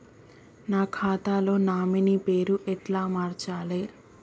నా ఖాతా లో నామినీ పేరు ఎట్ల మార్చాలే?